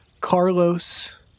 Carlos